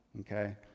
okay